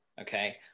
okay